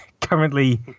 currently